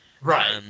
Right